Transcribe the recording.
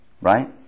right